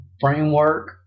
framework